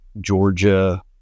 Georgia